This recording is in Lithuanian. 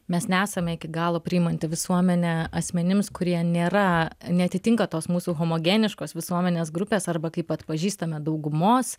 mes nesame iki galo priimanti visuomenė asmenims kurie nėra neatitinka tos mūsų homogeniškos visuomenės grupės arba kaip atpažįstame daugumos